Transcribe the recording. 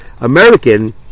American